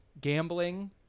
gambling